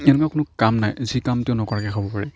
এনেকুৱা কোনো কাম নাই যি কাম তেওঁ নকৰাকৈ খাব পাৰে